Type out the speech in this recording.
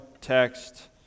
text